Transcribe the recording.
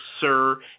sir